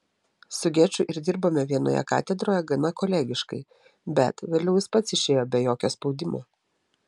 su geču ir dirbome vienoje katedroje gana kolegiškai bet vėliau jis pats išėjo be jokio spaudimo